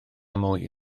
mwy